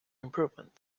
improvement